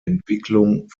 entwicklung